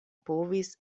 povis